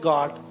God